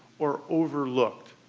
or overlooked,